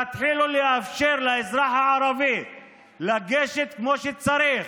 תתחילו לאפשר לאזרח הערבי לגשת כמו שצריך